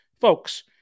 folks